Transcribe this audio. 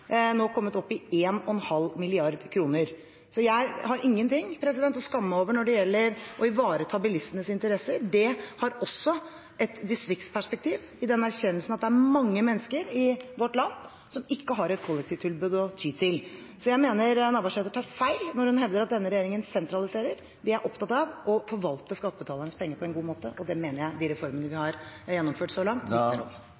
nå kommet opp i 1,5 mrd. kr. Så jeg har ingen ting å skamme meg over når det gjelder å ivareta bilistenes interesser. Det har også et distriktsperspektiv, i erkjennelsen av at det er mange mennesker i vårt land som ikke har et kollektivtilbud å ty til. Jeg mener Navarsete tar feil når hun hevder at denne regjeringen sentraliserer. Vi er opptatt av å forvalte skattebetalernes penger på en god måte, og det mener jeg de reformene vi